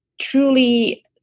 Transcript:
truly